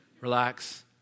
relax